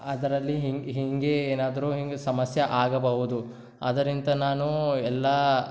ಅದರಲ್ಲಿ ಹೀಗೆ ಏನಾದರೂ ಹೀಗೆ ಸಮಸ್ಯೆ ಆಗಬಹುದು ಅದರಿಂದ ನಾನು ಎಲ್ಲ